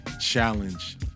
challenge